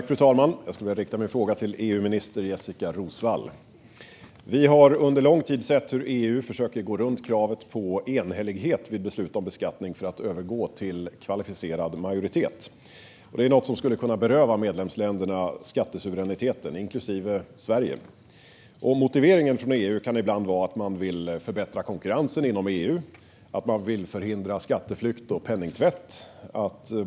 Fru talman! Jag riktar min fråga till EU-minister Jessika Roswall. Vi har under lång tid sett hur EU försöker går runt kravet på enhällighet vid beslut om beskattning för att övergå till kvalificerad majoritet. Det skulle kunna beröva medlemsländerna, inklusive Sverige, skattesuveräniteten. Motiveringen från EU kan ibland vara att man vill förbättra konkurrensen inom EU eller att man vill förhindra skatteflykt och penningtvätt.